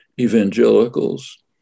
evangelicals